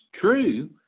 true